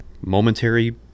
momentary